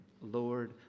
Lord